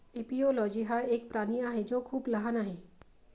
एपिओलोजी हा एक प्राणी आहे जो खूप लहान आहे